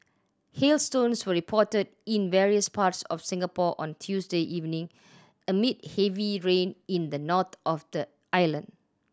hailstones were reported in various parts of Singapore on Tuesday evening amid heavy rain in the north of the island